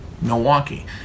Milwaukee